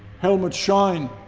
helmets shine,